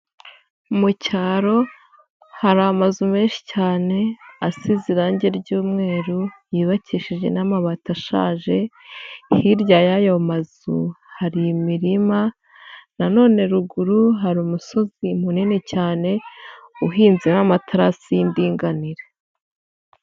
Mu cyaro hari amazu menshi cyane, asize irangi ry'umweru, yubakishije n'amabati ashaje, hirya y'ayo mazu hari imirima, nanoneruguru hari umusozi munini cyane, uhinzeho amaterasi y'indinganire.